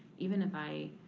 even if i,